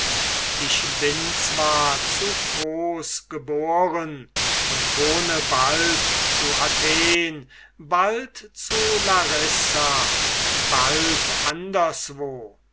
ich bin zwar zu cos geboren und wohne bald zu athen bald zu larissa bald anderswo